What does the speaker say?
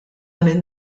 minn